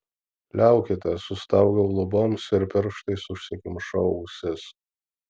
liaukitės sustaugiau luboms ir pirštais užsikimšau ausis